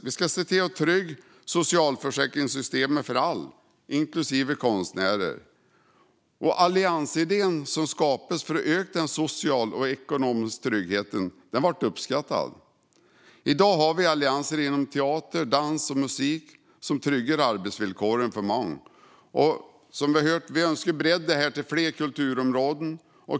Vi ska se till att trygga socialförsäkringssystemet för alla, inklusive konstnärer. Alliansidén som skapades för att öka den sociala och ekonomiska tryggheten blev uppskattad. I dag har vi allianser inom teater, dans och musik som tryggar arbetsvillkoren för många. Vi önskar bredda det till fler kulturområden.